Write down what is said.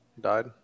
died